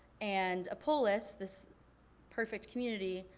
and a polis, this perfect community,